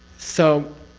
so.